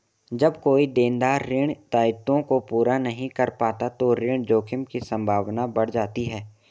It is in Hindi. जब कोई देनदार ऋण दायित्वों को पूरा नहीं कर पाता तो ऋण जोखिम की संभावना बढ़ जाती है